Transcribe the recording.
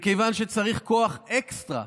מכיוון שצריך כוח אקסטרה,